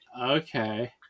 okay